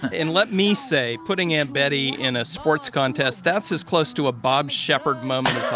and let me say, putting aunt betty in a sports contest, that's as close to a bob sheppard moment as i'll